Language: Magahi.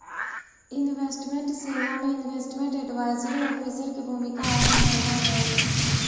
इन्वेस्टमेंट सेवा में इन्वेस्टमेंट एडवाइजरी ऑफिसर के भूमिका अहम होवऽ हई